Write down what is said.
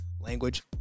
language